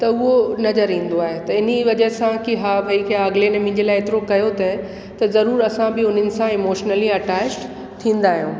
त उहो नज़र ईंदो आहे त इन्हीअ वजह असांखे कि हा भई कि अगले महीने जे लाइ एतिरो त त ज़रूरु असां बि उन्हनि सां इमोशनली अटैच थींदा आहियूं